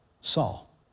Saul